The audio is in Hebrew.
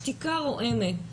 שתיקה רועמת.